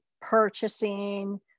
purchasing